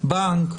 אלא בנק,